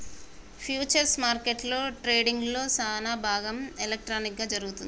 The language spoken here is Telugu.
ఫ్యూచర్స్ మార్కెట్లో ట్రేడింగ్లో సానాభాగం ఎలక్ట్రానిక్ గా జరుగుతుంది